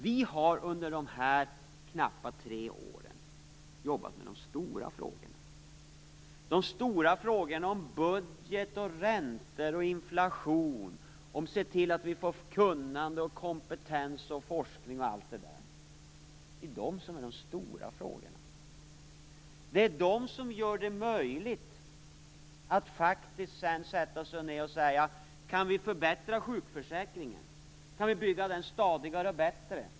Vi har under de här knappa tre åren jobbat med de stora frågorna, de stora frågorna om budget, räntor och inflation. Det har handlat om att se till att vi får kunnande, kompetens, forskning och allt det där. Det är de frågorna som är stora. Det är det som gör det möjligt att sedan faktiskt sätta sig ned och fråga: Kan vi förbättra sjukförsäkringen? Kan vi bygga den stadigare och bättre?